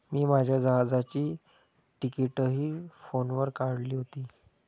मी माझ्या जहाजाची तिकिटंही फोनवर काढली होती